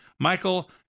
Michael